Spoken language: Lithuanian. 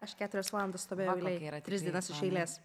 aš keturias valandas stovėjau eilėj tris dienas iš eilės